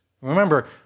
Remember